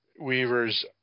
weavers